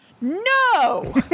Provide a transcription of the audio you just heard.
No